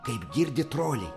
kaip girdi troliai